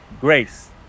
Grace